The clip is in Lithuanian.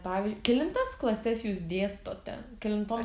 pavyžiu kelintas klases jūs dėstote kelintoms